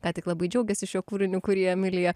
ką tik labai džiaugėsi šiuo kūriniu kurį emilija